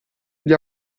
gli